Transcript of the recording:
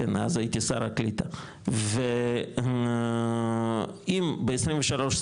אז הייתי שר הקליטה ואם ב-23-24,